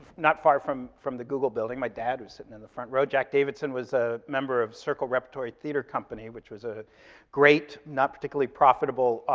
not far from from the google building, my dad, who's sitting in the front row, jack davidson, was a member of circle repertory theater company, which was a great, not particularly profitable,